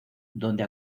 donde